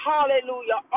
Hallelujah